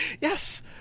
Yes